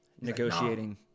Negotiating